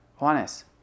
Juanes